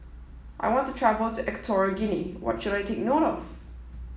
I want to travel to Equatorial Guinea what should I take note of